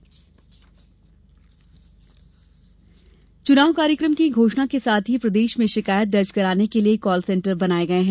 call centre चुनाव कार्यकम की घोषणा के साथ ही प्रदेष में षिकायत दर्ज कराने के लिये कॉल सेंटर बनाये गये हैं